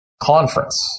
conference